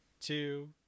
two